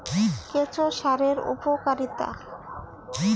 কেঁচো সারের উপকারিতা?